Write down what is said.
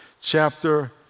chapter